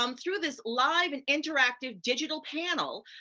um through this live and interactive digital panel,